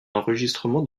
enregistrement